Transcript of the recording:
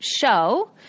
show